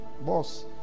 boss